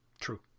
True